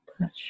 touch